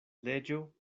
leĝo